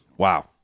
Wow